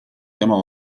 tema